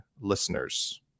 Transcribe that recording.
listeners